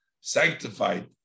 sanctified